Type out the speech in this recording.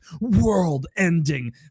world-ending